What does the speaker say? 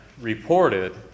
reported